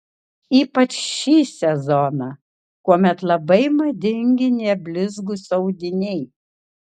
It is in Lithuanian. ypač šį sezoną kuomet labai madingi neblizgūs audiniai